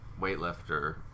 weightlifter